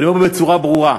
ואני אומר בצורה ברורה: